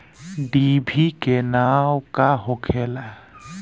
डिभी के नाव का होखेला?